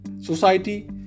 Society